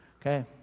Okay